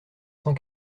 cent